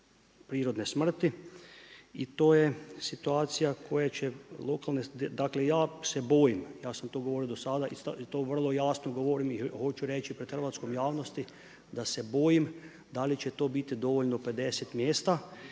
prirodne smrti i to je situacija, koja će, dakle ja se bojim, ja sam to govorio do sad i to vrlo jasno govorim i hoću reći pred hrvatskom javnosti, da se bojim da li će to biti dovoljno 50 mjesta